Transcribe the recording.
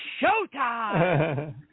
Showtime